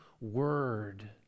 Word